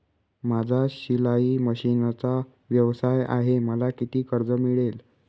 माझा शिलाई मशिनचा व्यवसाय आहे मला किती कर्ज मिळेल?